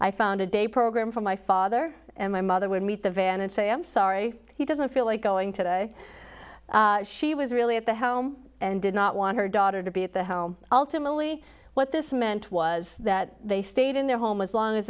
i found a day program for my father and my mother would meet the van and say i'm sorry he doesn't feel like going today she was really at the home and did not want her daughter to be at the home ultimately what this meant was that they stayed in their home as long as